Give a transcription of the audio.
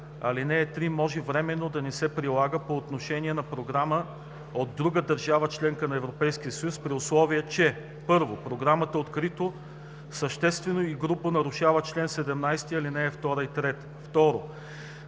Алинея 3 може временно да не се прилага по отношение на програма от друга държава – членка на Европейския съюз, при условие че: 1. програмата открито, съществено и грубо нарушава чл. 17, ал. 2 и 3;